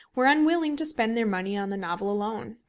were unwilling to spend their money on the novel alone.